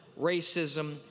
racism